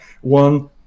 one